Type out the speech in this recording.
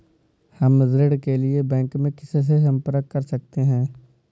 हम ऋण के लिए बैंक में किससे संपर्क कर सकते हैं?